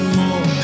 more